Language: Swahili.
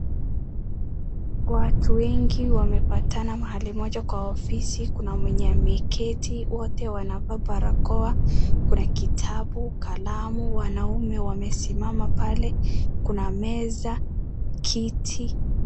Watu wengi wamepatana mahali moja kwa ofisi. Kuna mwenye ameketi, wote wanavaa barakoa. Kuna kitabu, kalamu, wanaume wamesimama pale, kuna meza, kiti.